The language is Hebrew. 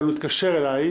אבל הוא התקשר אליי,